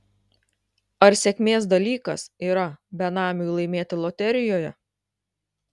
ar sėkmės dalykas yra benamiui laimėti loterijoje